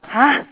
!huh!